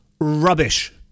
rubbish